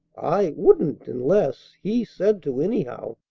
i wouldn't unless he said to, anyhow.